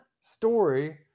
story